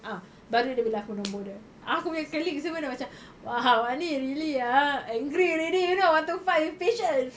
ah baru dia bilang aku nombor dia aku punya colleague semua dah macam !wah! wani really ah angry already you know want to fight with patient